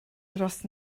dros